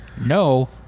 No